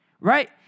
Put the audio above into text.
right